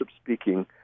speaking